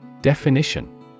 Definition